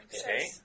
okay